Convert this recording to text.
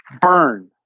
Burn